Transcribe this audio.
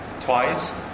twice